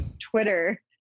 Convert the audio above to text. twitter